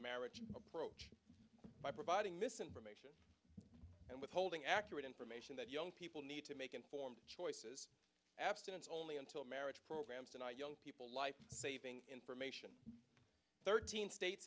marriage approach by providing misinformation and withholding accurate information that young people need to make informed choices abstinence only until marriage programs and young people life saving information thirteen states